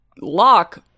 lock